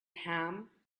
ham